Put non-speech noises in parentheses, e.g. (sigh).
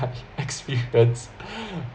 (laughs) my experience (laughs)